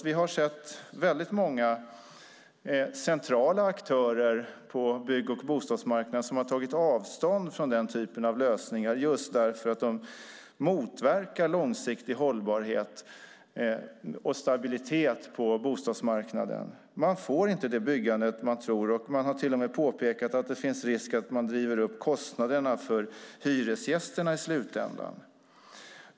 Vi har sett väldigt många centrala aktörer på bygg och bostadsmarknaden som har tagit avstånd från den typen av lösningar just därför att de motverkar långsiktig hållbarhet och stabilitet på bostadsmarknaden. Man får inte det byggande man tror, och man har till och med påpekat att det finns risk att man driver upp kostnaderna för hyresgästerna i slutändan.